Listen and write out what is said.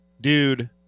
dude